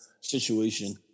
situation